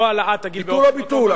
לא העלאת הגיל, ביטול הביטול.